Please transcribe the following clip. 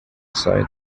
side